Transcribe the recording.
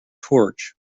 torch